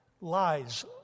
lies